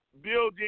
building